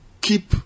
keep